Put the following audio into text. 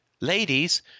ladies